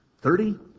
Thirty